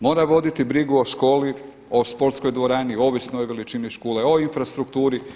Mora voditi brigu o školi, o sportskoj dvorani ovisno o veličini škole, o infrastrukturi.